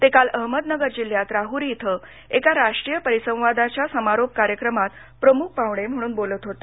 ते काल अहमदनगर जिल्ह्यात राहूरी इथं एका राष्ट्रीय परिसंवादाच्या समारोप कार्यक्रमात प्रमुख पाहूणे म्हणून बोलत होते